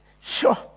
Sure